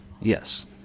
Yes